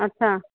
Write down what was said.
अच्छा